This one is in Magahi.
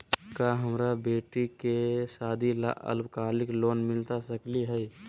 का हमरा बेटी के सादी ला अल्पकालिक लोन मिलता सकली हई?